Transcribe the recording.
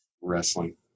Wrestling